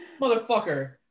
motherfucker